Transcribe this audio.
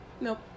nope